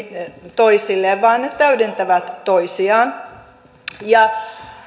toisilleen vaan ne täydentävät toisiaan